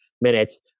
minutes